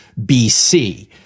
BC